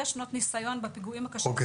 שנות ניסיון בפיגועים הקשים שאירעו בירושלים.